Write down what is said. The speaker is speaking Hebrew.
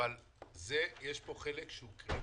יש פה חלק שהוא קריטי,